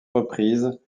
reprise